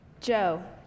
Joe